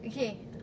okay